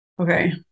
Okay